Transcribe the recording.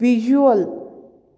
visual